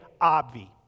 Obvi